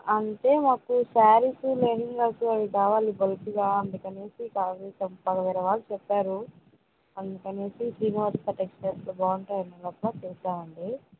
అంటే మాకు శారీస్ లెహంగాస్ అవి కావాలి బల్క్గా అందుకనేసి కాల్ చేశాను వేరేవాళ్ళు చెప్పారు అందుకనేసి శ్రీనివాసా టెక్స్టైల్స్ బాగుంటాయనడం వల్ల చేసామండి